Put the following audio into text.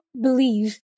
believe